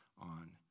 on